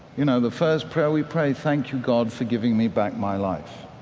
you know, the first prayer we pray, thank you, god, for giving me back my life.